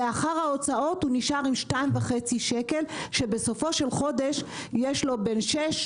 לאחר ההוצאות הוא נשאר עם 2.5 שקל כשבסופו של חודש יש לו בין 6,000,